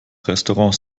restaurants